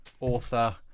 author